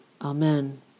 Amen